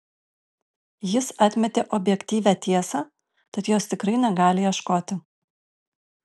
jis atmetė objektyvią tiesą tad jos tikrai negali ieškoti